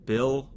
Bill